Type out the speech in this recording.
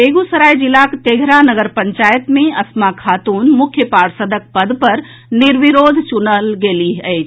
बेगूसराय जिलाक तेघरा नगर पंचायत मे अस्मा खातून मुख्य पार्षदक पद पर निर्विरोध चुनल गेलीह अछि